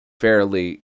fairly